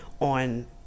on